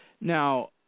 Now